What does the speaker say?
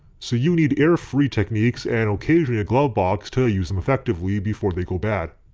so you need air-free techniques and occasionally a glovebox to use them effectively before they go bad.